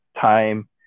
time